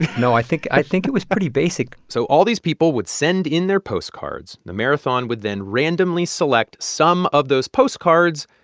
no. i think i think it was pretty basic so all these people would send in their postcards. the marathon would then randomly select some of those postcards,